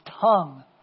tongue